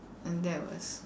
and that was